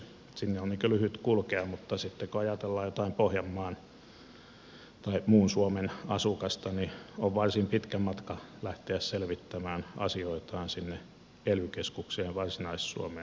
sinne on lyhyt kulkea mutta sitten kun ajatellaan jotain pohjanmaan tai muun suomen asukasta on varsin pitkä matka lähteä selvittämään asioitaan sinne ely keskukseen varsinais suomeen